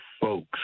folks